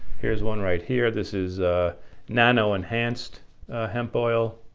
here's one right here, this is a nano-enhanced hemp oil,